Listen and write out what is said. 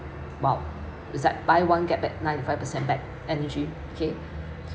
!wow! is like buy get back ninety five percent back energy okay